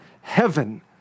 heaven